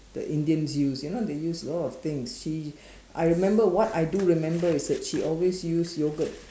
the Indians use you know they use a lot of things she I remember what I do remember is that she always use yogurt